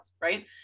right